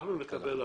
- אנחנו נקבל החלטה,